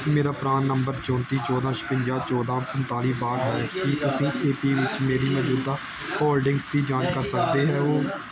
ਮੇਰਾ PRAN number ਚੌਂਤੀ ਚੌਦਾਂ ਛਪੰਜਾ ਚੌਦਾਂ ਪੰਤਾਲੀ ਬਾਹਠ ਹੈ ਕੀ ਤੁਸੀਂ ਏ ਪੀ ਵਿੱਚ ਮੇਰੀ ਮੌਜੂਦਾ ਹੋਲਡਿੰਗਜ਼ ਦੀ ਜਾਂਚ ਕਰ ਸਕਦੇ ਹੋ